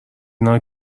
اینا